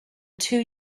two